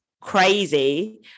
crazy